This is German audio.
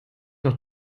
noch